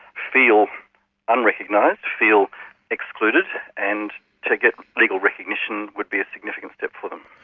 feel unrecognised, feel excluded and to get legal recognition would be a significant step for them.